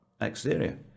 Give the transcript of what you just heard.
exterior